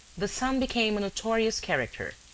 the son became a notorious character,